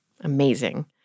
Amazing